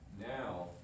now